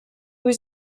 was